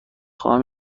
خواهم